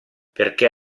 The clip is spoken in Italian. perché